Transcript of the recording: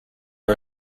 are